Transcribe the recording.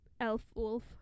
elf-wolf